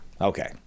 Okay